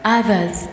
others